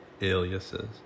aliases